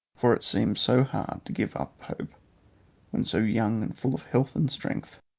for it seemed so hard to give up hope when so young and full of health and strength.